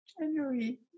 January